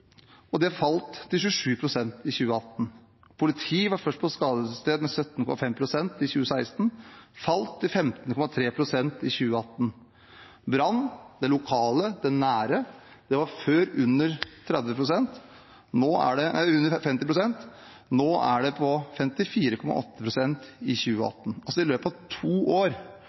2016. Det falt til 27 pst. i 2018. Politiet var først på skadestedet i 17,5 pst. av tilfellene i 2016 – det falt til 15,3 pst. i 2018. Brannvesenet, det lokale, det nære, lå før på under 50 pst, i 2018 var det på 54,8 pst. Dette er altså i løpet av to år.